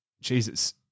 Jesus